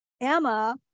Emma